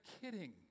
kidding